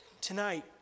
Tonight